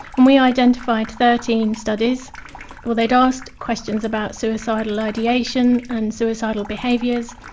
and we identified thirteen studies where they had asked questions about suicidal ideation and suicidal behaviours,